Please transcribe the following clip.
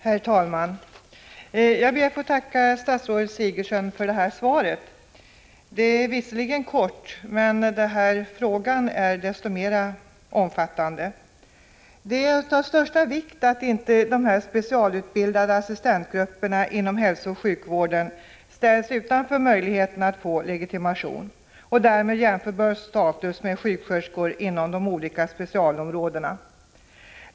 Herr talman! Jag ber att få tacka statsrådet Sigurdsen för svaret. Det är visserligen kort, men frågan är desto mera omfattande. Det är av största vikt att de specialutbildade assistentgrupperna inom hälsooch sjukvården inte ställs utanför möjligheterna att få legitimation och därmed med sjuksköterskor jämförbar status inom de olika specialområdena.